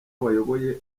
wayoboye